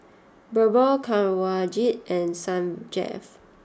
Birbal Kanwaljit and Sanjeev